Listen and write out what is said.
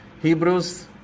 Hebrews